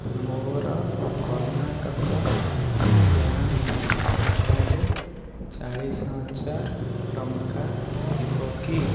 ମୋର କର୍ଣ୍ଣାଟକ ବ୍ୟାଙ୍କ ଖାତାରେ ଚାଳିଶିହଜାର ଟଙ୍କା ଥିବ କି